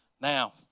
now